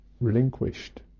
relinquished